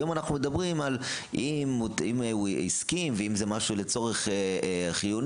היום אנחנו מדברים על אם הוא הסכים והאם זה משהו לצורך חיוני,